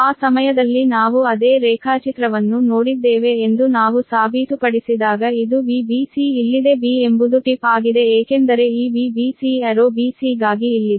ಆ ಸಮಯದಲ್ಲಿ ನಾವು ಅದೇ ರೇಖಾಚಿತ್ರವನ್ನು ನೋಡಿದ್ದೇವೆ ಎಂದು ನಾವು ಸಾಬೀತುಪಡಿಸಿದಾಗ ಇದು Vbc ಇಲ್ಲಿದೆ b ಎಂಬುದು ಟಿಪ್ ಆಗಿದೆ ಏಕೆಂದರೆ ಈ Vbc arrow bc ಗಾಗಿ ಇಲ್ಲಿದೆ